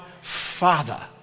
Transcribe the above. father